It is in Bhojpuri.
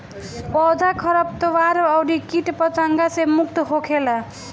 पौधा खरपतवार अउरी किट पतंगा से मुक्त होखेला